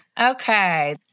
Okay